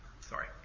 Sorry